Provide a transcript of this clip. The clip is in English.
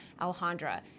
Alejandra